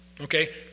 Okay